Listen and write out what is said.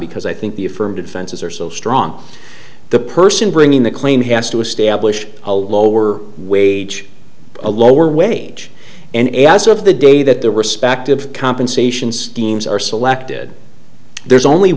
because i think the affirmative defenses are so strong the person bringing the claim has to establish a lower wage a lower wage and as of the day that the respective compensation schemes are selected there's only